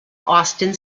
austin